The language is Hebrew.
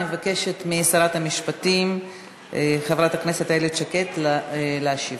אני מבקשת משרת המשפטים חברת הכנסת איילת שקד להשיב.